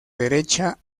derecha